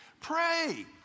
Pray